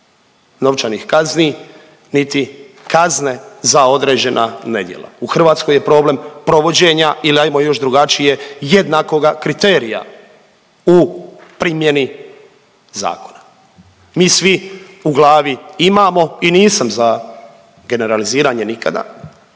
novčanih kazni, niti kazne za određena nedjela, u Hrvatskoj je problem provođenja ili ajmo još drugačije jednakoga kriterija u primjeni zakona. Mi svi u glavi imamo i nisam za generaliziranje nikada,